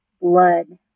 blood